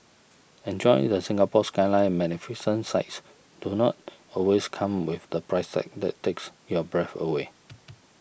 enjoy the Singapore Skyline Magnificent sights do not always come with the price tag that takes your breath away